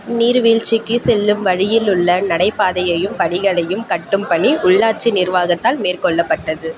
நீர்வீழ்ச்சிக்குச் செல்லும் வழியில் உள்ள நடைபாதையையும் படிகளையும் கட்டும் பணி உள்ளாட்சி நிர்வாகத்தால் மேற்கொள்ளப்பட்டது